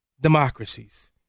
democracies